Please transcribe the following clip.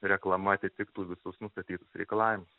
reklama atitiktų visus nustatytus reikalavimus